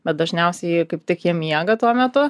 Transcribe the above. bet dažniausiai kaip tik jie miega tuo metu